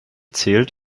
zählt